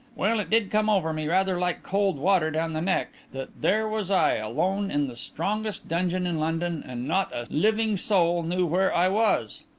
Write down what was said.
well, it did come over me rather like cold water down the neck, that there was i alone in the strongest dungeon in london and not a living soul knew where i was.